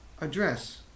address